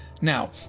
Now